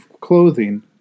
clothing